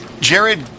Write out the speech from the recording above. Jared